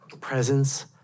presence